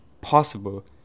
possible